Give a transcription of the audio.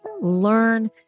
learn